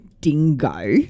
dingo